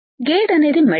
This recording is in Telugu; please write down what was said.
గేట్ అనేది మెటల్